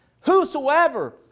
whosoever